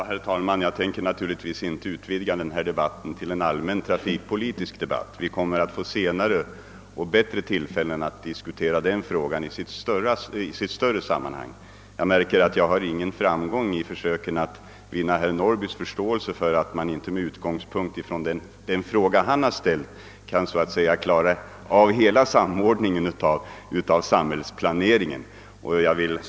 Herr talman! Jag ämnar naturligtvis inte utvidga denna debatt till en allmän trafikpolitisk debatt — vi kommer senare att få ett bättre tillfälle att diskutera denna fråga. Jag märker att jag inte har någon framgång i mina försök att vinna herr Norrbys förståelse för att man inte med utgångspunkt från den fråga han har ställt kan klara hela samordningen av samhällsplaneringen.